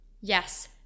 Yes